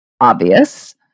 obvious